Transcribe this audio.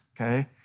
okay